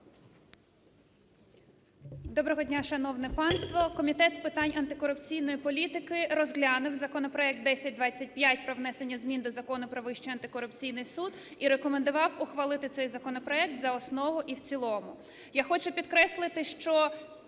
Доброго дня, шановне панство! Комітет з питань антикорупційної політики розглянув законопроект 1025 про внесення змін до Закону "Про Вищий антикорупційний суд" і рекомендував ухвалити цей законопроект за основу і в цілому. Я хочу підкреслити, що